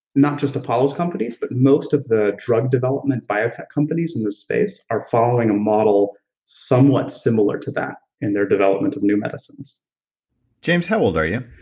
not just the companies, but most of the drug development, biotech companies in this space are following a model somewhat similar to that in their development of new medicines james, how old are you?